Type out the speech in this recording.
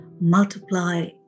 multiply